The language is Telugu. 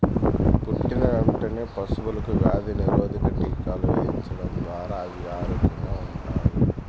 పుట్టిన వెంటనే పశువులకు వ్యాధి నిరోధక టీకాలు వేయించడం ద్వారా అవి ఆరోగ్యంగా ఉంటాయి